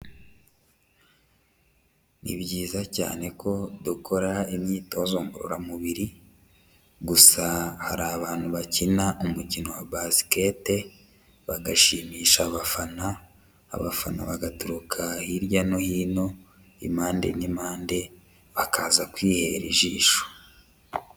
Ni byiza cyane ko dukora imyitozo ngororamubiri, gusa hari abantu bakina umukino wa Basket bagashimisha abafana, abafana bagaturuka hirya no hino, impande n'impande bakaza kwihera ijisho.